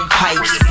pipes